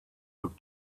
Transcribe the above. look